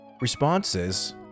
responses